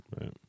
Right